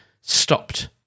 stopped